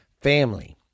family